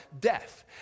death